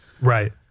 Right